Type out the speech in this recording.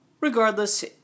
regardless